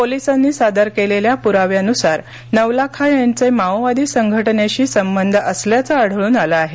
पोलिसांनी सादर केलेल्या प्राव्यानुसार नवलाखा यांचे माओवादी संघटनेशी संबध असल्याचं आढळन आले आहे